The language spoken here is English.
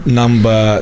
number